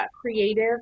creative